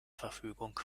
verfügung